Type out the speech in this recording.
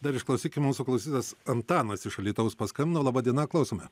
dar išklausykim mūsų klausytojas antanas iš alytaus paskambino laba diena klausome